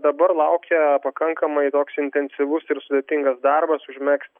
dabar laukia pakankamai toks intensyvus ir sudėtingas darbas užmegzt